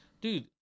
dude